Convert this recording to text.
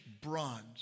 bronze